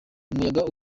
umuyaga